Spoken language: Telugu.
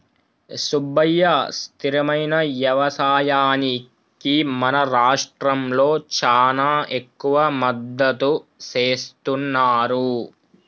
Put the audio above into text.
సుబ్బయ్య స్థిరమైన యవసాయానికి మన రాష్ట్రంలో చానా ఎక్కువ మద్దతు సేస్తున్నారు